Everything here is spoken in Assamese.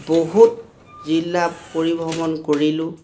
বহুত জিলা পৰিভ্ৰমণ কৰিলোঁ